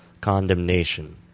condemnation